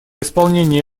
исполнение